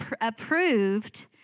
approved